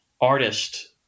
artist